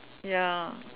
ya